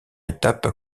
étape